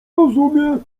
rozumie